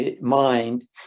mind